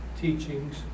teachings